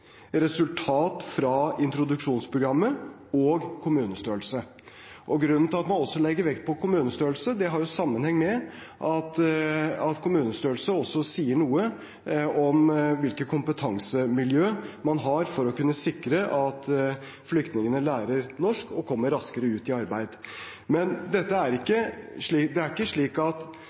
fra introduksjonsprogrammet og kommunestørrelse. Grunnen til at man også legger vekt på kommunestørrelse, har sammenheng med at kommunestørrelse også sier noe om hvilke kompetansemiljø man har for å kunne sikre at flyktningene lærer norsk og kommer raskere ut i arbeid. Men det er ikke et absolutt krav om 5 000. Hvis vi ser på en kommune som Vinje, så er